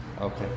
Okay